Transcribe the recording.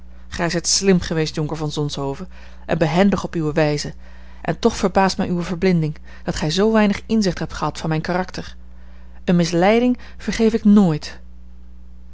gij zijt slim geweest jonker van zonshoven en behendig op uwe wijze en toch verbaast mij uwe verblinding dat gij zoo weinig inzicht hebt gehad van mijn karakter eene misleiding vergeef ik nooit